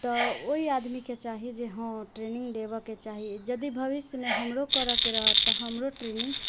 तऽ ओहि आदमीके चाही जे हँ ट्रेनिङ्ग लेबऽके चाही यदि भविष्यमे हमरो करऽके रहत तऽ हमरो ट्रेनिङ्ग